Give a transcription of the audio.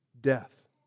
death